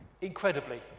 Incredibly